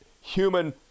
human